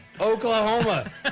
Oklahoma